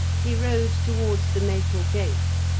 he rode towards the maple gate,